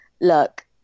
look